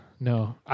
No